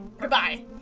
goodbye